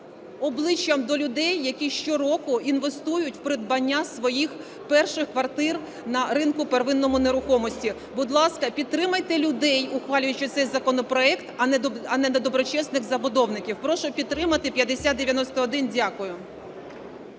обличчям до людей, які щороку інвестують в придбання своїх перших квартир на ринку первинному нерухомості, будь ласка, підтримайте людей, ухвалюючи цей законопроект, а не недоброчесних забудовників. Прошу підтримати 5091. Дякую.